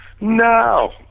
No